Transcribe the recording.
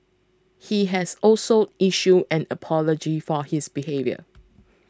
he has also issued an apology for his behaviour